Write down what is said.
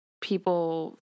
people